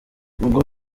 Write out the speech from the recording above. ubwo